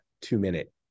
two-minute